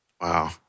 Wow